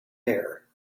hair